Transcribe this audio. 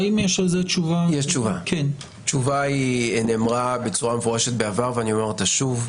התשובה נאמרה בצורה מפורשת בעבר ואני אומר אותה שוב: